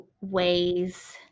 ways